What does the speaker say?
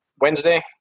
Wednesday